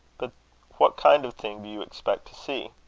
but what kind of thing do you expect to see?